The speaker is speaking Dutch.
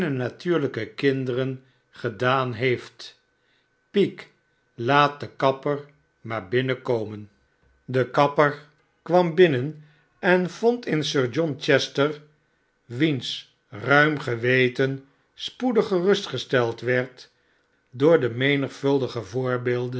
natuurlijke kinderen gedaan heeft peak laat den kapper maar binnenkomen de kapper kwam binnen en vond in sir john chester wiens ruim geweten spoedig gerustgesteld werd door de menigvuldige voorbeelden